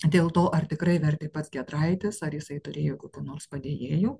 dėl to ar tikrai vertė pats giedraitis ar jisai turėjo kokių nors padėjėjų